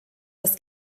das